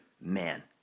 man